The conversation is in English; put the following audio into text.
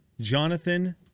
Jonathan